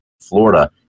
Florida